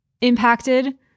impacted